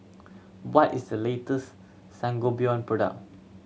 what is the latest Sangobion product